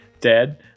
Dead